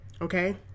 okay